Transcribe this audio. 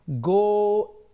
go